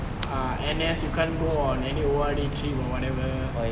err N_S you can't go on any O_R_D or whatever